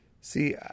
See